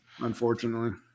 Unfortunately